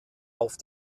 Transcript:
auf